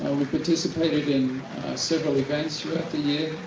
we participated in several events throughout the year.